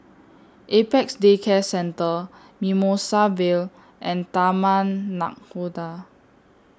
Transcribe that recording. Apex Day Care Centre Mimosa Vale and Taman Nakhoda